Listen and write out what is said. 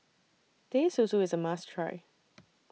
Teh Susu IS A must Try